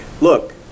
Look